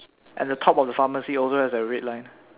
and the top of the pharmacy also has a red line